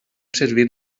servir